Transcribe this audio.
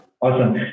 Awesome